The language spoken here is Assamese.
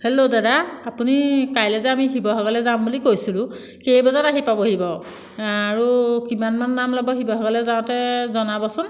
হেল্ল' দাদা আপুনি কাইলৈ যে আমি শিৱসাগৰলৈ যাম বুলি কৈছিলোঁ কেই বজাত আহি পাবহি বাৰু আৰু কিমান মান দাম ল'ব শিৱসাগৰলৈ যাওঁতে জনাবচোন